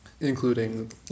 including